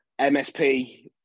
MSP